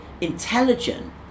intelligent